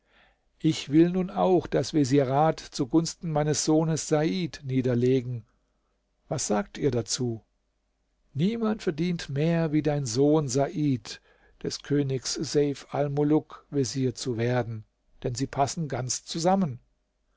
ich will nun auch das vezierat zugunsten meines sohnes said niederlegen was sagt ihr dazu niemand verdient mehr wie dein sohn said des königs seif almuluk vezier zu werden denn sie passen ganz zusammen